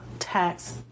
tax